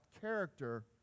character